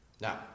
Now